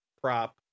prop